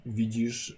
widzisz